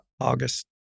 August